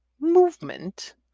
movement